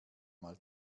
mal